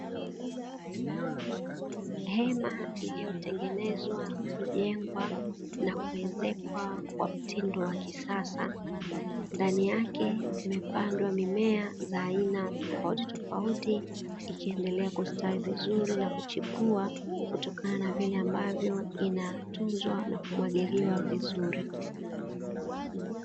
Hema iliyotengenezwa, kujengwa na kuezekwa kwa mtindo wa kisasa, ndani yake zimepandwa mimea za aina tofautitofauti ikiendelea kustawi vizuri na kuchipua kutokana na vile ambavyo inatuzwa na kumwagiliwa vizuri.